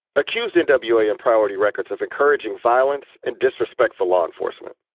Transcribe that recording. accused n w a. and priority records of encouraging violence and disrespect for law enforcement.